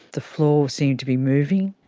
the floor seemed to be moving.